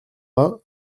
vingt